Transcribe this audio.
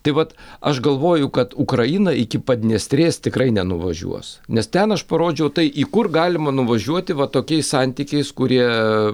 tai vat aš galvoju kad ukraina iki padniestrės tikrai nenuvažiuos nes ten aš parodžiau tai į kur galima nuvažiuoti va tokiais santykiais kurie